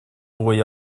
fwy